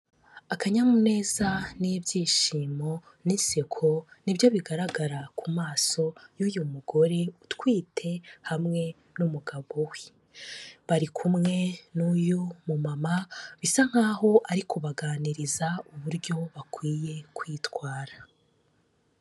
Akanyamuneza n'ibyishimo n'inseko nibyo bigaragara ku maso y'uyu mugore utwite hamwe n'umugabo we. Bari kumwe n'uyu mu mama bisa nkaho ari kubaganiriza uburyo bakwiye kwitwara.